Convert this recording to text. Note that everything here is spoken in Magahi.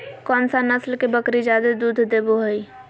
कौन सा नस्ल के बकरी जादे दूध देबो हइ?